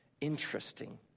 interesting